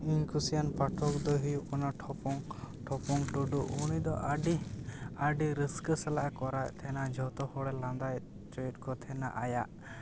ᱤᱧ ᱠᱩᱥᱤᱭᱟᱱ ᱯᱟᱴᱷᱚᱠ ᱫᱚᱭ ᱦᱩᱭᱩᱜ ᱠᱟᱱᱟ ᱴᱷᱚᱯᱚᱝ ᱴᱷᱚᱯᱚᱝ ᱴᱩᱰᱩ ᱩᱱᱤ ᱫᱚ ᱟᱹᱰᱤ ᱨᱟᱹᱥᱠᱟᱹ ᱥᱟᱞᱟᱜ ᱮ ᱠᱚᱨᱟᱣ ᱮᱫ ᱛᱟᱦᱮᱸᱱᱟ ᱡᱷᱚᱛᱚ ᱦᱚᱲ ᱞᱟᱸᱫᱟ ᱦᱚᱪᱚᱭᱮᱛ ᱠᱚ ᱛᱟᱦᱮᱸᱱᱟ ᱟᱭᱟᱜ